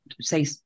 say